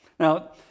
Now